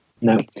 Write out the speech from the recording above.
No